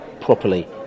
properly